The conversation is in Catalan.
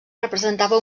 representava